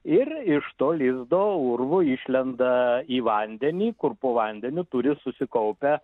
ir iš to lizdo urvo išlenda į vandenį kur po vandeniu turi susikaupę